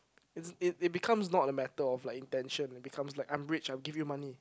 is it it becomes not a matter of like intention it becomes like I'm rich I'll give you money